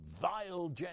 vile